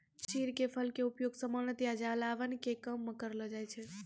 चीड़ के फल के उपयोग सामान्यतया जलावन के काम मॅ करलो जाय छै